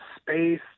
space